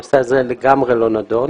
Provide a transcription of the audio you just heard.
הנושא הזה לגמרי לא נדון.